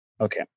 Okay